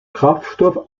kraftstoff